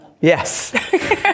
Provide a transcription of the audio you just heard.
Yes